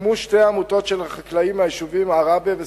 הוקמו שתי עמותות של החקלאים מהיישובים עראבה וסח'נין,